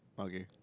okay